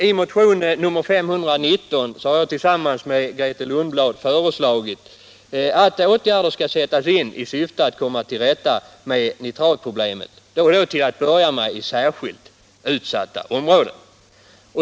I motion 519 har jag tillsammans med Grethe Lundblad föreslagit att åtgärder skall sättas in i syfte att komma till rätta med nitratproblemet, till att börja med i särskilt utsatta områden.